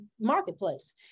marketplace